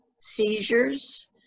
seizures